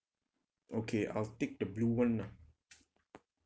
okay I'll take the blue one lah